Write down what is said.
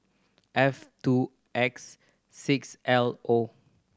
F two X six L O